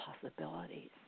possibilities